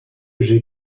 j’aie